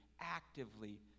actively